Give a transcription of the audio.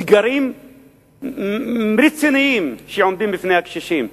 אתגרים רציניים שעומדים בפני הקשישים,